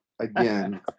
again